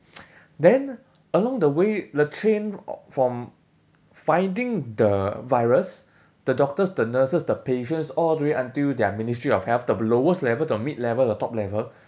then along the way the chain from finding the virus the doctors the nurses the patients all the way until their ministry of health the lowest level to the mid level the top level